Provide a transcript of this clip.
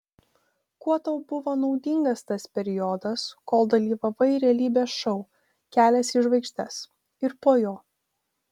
kuo tau buvo naudingas tas periodas kol dalyvavai realybės šou kelias į žvaigždes ir po jo